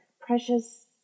precious